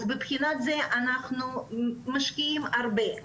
מבחינת זה אנחנו משקיעים הרבה.